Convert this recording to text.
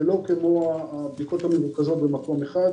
שלא כמו הבדיקות המרוכזות במקום אחד.